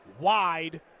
wide